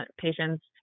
patients